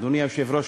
אדוני היושב-ראש,